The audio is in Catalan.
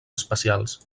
espacials